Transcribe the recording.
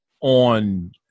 on